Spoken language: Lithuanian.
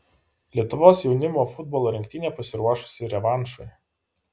lietuvos jaunimo futbolo rinktinė pasiruošusi revanšui